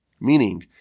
meaning